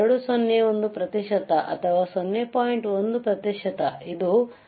201 ಪ್ರತಿಶತ ಅಥವಾ 0